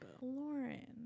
Lauren